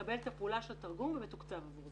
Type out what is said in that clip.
מקבל את הפעולה של התרגום ומתוקצב עבור זה.